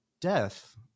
death